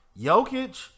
Jokic